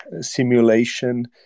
simulation